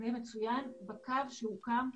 מצוין, בקו שהוקם,